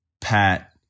Pat